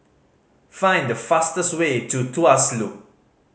find the fastest way to Tuas Loop